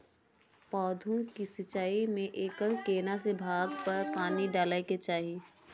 पौधों की सिंचाई में एकर केना से भाग पर पानी डालय के चाही?